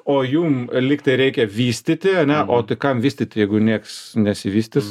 o jum lygtai reikia vystyti ane o tai kam vystyti jeigu nieks nesivystys